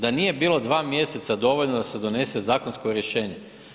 Da nije bilo 2 mj. dovoljno da se donese zakonsko rješenje?